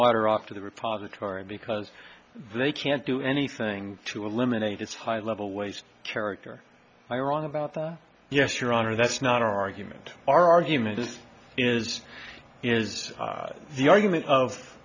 water off to the repository because they can't do anything to eliminate its high level waste character i wrong about that yes your honor that's not our argument our argument is is is the argument of